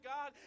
God